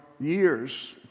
years